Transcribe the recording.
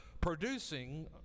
producing